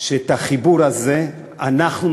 שאת החיבור הזה אנחנו,